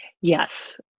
Yes